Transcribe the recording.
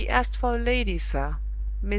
he asked for a lady, sir.